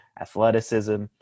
athleticism